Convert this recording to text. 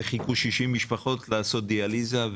כשהיינו ככה חנוקים וחיכו 60 משפחות לעשות דיאליזה.